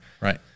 Right